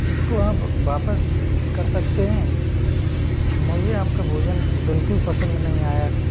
इसको आप वापस कर सकते हैं मुझे आपका भोजन बिल्कुल पसंद नहीं आया